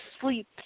sleep